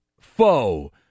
foe